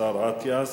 השר אטיאס.